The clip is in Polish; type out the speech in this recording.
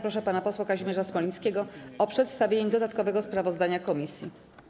Proszę pana posła Kazimierza Smolińskiego o przedstawienie dodatkowego sprawozdania komisji.